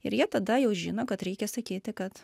ir jie tada jau žino kad reikia sakyti kad